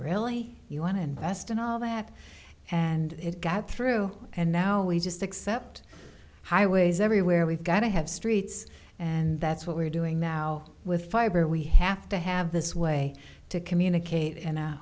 really you want to invest in all that and it got through and now we just accept highways everywhere we've got to have streets and that's what we're doing now with fiber we have to have this way to communicate in a